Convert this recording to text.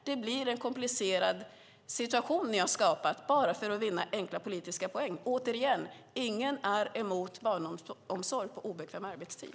Det blir en komplicerad situation som ni skapar bara för att vinna enkla politiska poäng. Återigen: Ingen är emot barnomsorg på obekväm arbetstid.